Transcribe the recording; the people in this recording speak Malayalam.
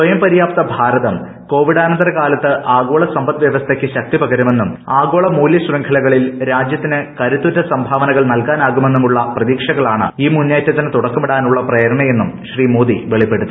സ്വയം പര്യാപ്ത ഭാരതം കോവിഡാനന്തര കാലത്ത് ആഗോള സമ്പദ് വൃവസ്ഥയ്ക്ക് ശക്തി പകരുമെന്നും ആഗോള മൂല്യ ശൃംഖലകളിൽ രാജ്യത്തിന് കരുത്തുറ്റ സംഭാവനകൾ നൽകാൻ ആകുമെന്നുമുള്ള പ്രതീക്ഷകളാണ് ഇൌ മുന്നേറ്റത്തിന് തുടക്കമിടാൻ ഉള്ള പ്രേരണയെന്നും ശ്രീ മോദി വെളിപ്പെടുത്തി